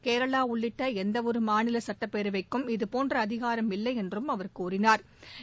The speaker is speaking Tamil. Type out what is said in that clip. கேரளாஉள்ளிட்டஎந்தஒருமாநிலசுட்டப்பேரவைக்கும் இதுபோன்றஅதிகாரம் இல்லைஎன்றும் அவர் கூறினாள்